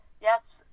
Yes